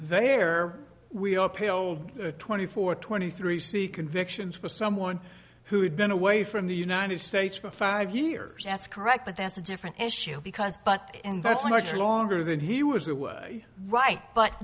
there we are pill twenty four twenty three c convictions for someone who had been away from the united states for five years that's correct but that's a different issue because but invest much longer than he was away right but